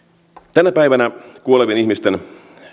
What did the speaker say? tänä päivänä kuolevien ihmisten